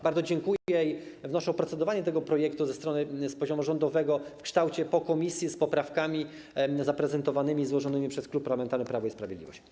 Bardzo dziękuję i wnoszę o procedowanie nad tym projektem z poziomu rządowego w kształcie po pracach w komisji z poprawkami zaprezentowanymi, złożonymi przez Klub Parlamentarny Prawo i Sprawiedliwość.